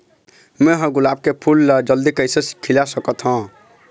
मैं ह गुलाब के फूल ला जल्दी कइसे खिला सकथ हा?